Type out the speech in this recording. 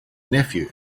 nephew